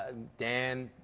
and dan,